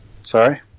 Sorry